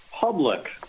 Public